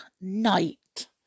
night